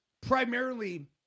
primarily